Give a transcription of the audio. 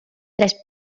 tres